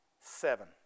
Seven